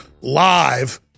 live